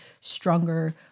stronger